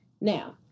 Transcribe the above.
Now